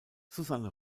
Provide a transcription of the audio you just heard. susanne